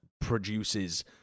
produces